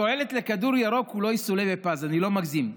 התועלת לכדור ירוק לא תסולא בפז, אני לא מגזים.